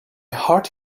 heart